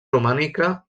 romànica